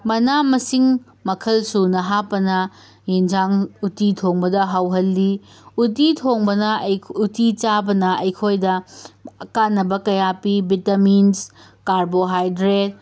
ꯃꯅꯥ ꯃꯁꯤꯡ ꯃꯈꯜꯁꯨꯅ ꯍꯥꯞꯄꯅ ꯑꯦꯟꯁꯥꯡ ꯎꯇꯤ ꯊꯣꯡꯕꯗ ꯍꯥꯎꯍꯜꯂꯤ ꯎꯇꯤ ꯊꯣꯡꯕꯅ ꯎꯇꯤ ꯆꯥꯕꯅ ꯑꯩꯈꯣꯏꯗ ꯀꯥꯟꯅꯕ ꯀꯌꯥ ꯄꯤ ꯚꯤꯇꯥꯃꯤꯟꯁ ꯀꯥꯔꯕꯣꯍꯥꯏꯗ꯭ꯔꯦꯠ